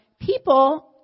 people